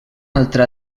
altra